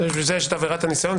בשביל זה יש את עבירת הניסיון,